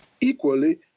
equally